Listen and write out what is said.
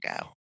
go